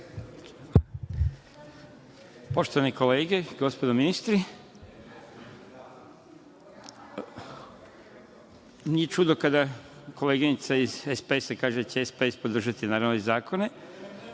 Poštovane kolege, gospodo ministri, nije čudo kada koleginica iz SPS da će SPS podržati ove zakone,